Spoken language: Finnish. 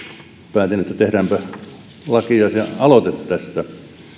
päätin että tehdäänpä lakialoite tästä